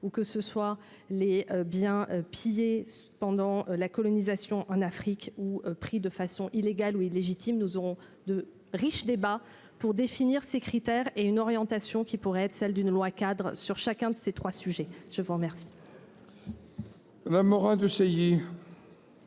ou que ce soit les biens pillés pendant la colonisation en Afrique ou pris de façon illégale ou illégitime, nous aurons de riche débat pour définir ces critères et une orientation qui pourrait être celle d'une loi cadre sur chacun de ces 3 sujets, je vous remercie. La Morin-Desailly.